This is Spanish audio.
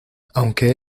aunque